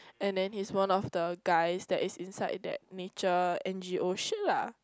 and then he's one of the guys that is inside that nature n_g_o shit lah